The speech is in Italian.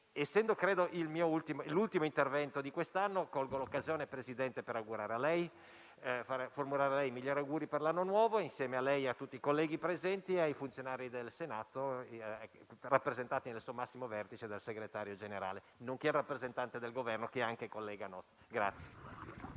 Essendo l'ultimo intervento di quest'anno, colgo l'occasione, Presidente, per formulare a lei i migliori auguri per l'anno nuovo e, insieme a lei, a tutti i colleghi presenti e ai funzionari del Senato, rappresentati nel suo massimo vertice dal Segretario generale, nonché al rappresentante del Governo che è anche nostro collega.